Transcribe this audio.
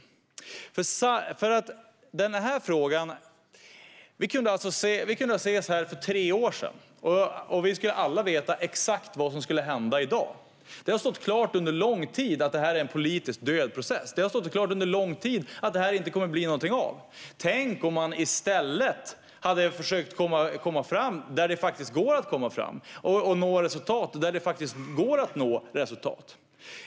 Vi kunde alla se för tre år sedan exakt vad som skulle hända i dag. Det har stått klart under lång tid att detta är en politiskt död process. Det har stått klart under lång tid att det inte kommer att bli något av detta. Tänk om man i stället hade försökt komma fram där det faktiskt går att komma fram och nå resultat där det faktiskt går att nå resultat.